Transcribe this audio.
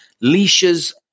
leashes